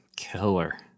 killer